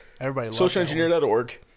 socialengineer.org